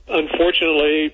unfortunately